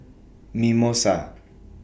Mimosa